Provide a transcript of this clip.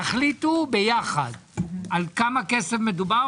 תחליטו ביחד על כמה כסף מדובר,